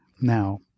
Now